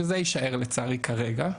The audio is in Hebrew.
וזה יישאר לצערי כרגע,